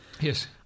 Yes